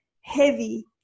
heavy